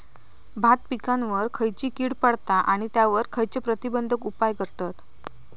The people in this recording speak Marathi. भात पिकांवर खैयची कीड पडता आणि त्यावर खैयचे प्रतिबंधक उपाय करतत?